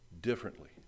differently